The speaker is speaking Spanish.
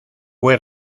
fue